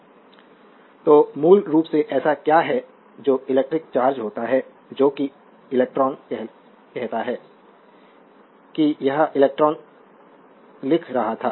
slide समय देखें 0529 तो मूल रूप से ऐसा क्या होता है जो इलेक्ट्रिक चार्ज होता है जो कि इलेक्ट्रॉन कहता है कि यह इलेक्ट्रॉन लिख रहा था